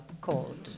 called